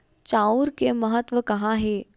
चांउर के महत्व कहां हे?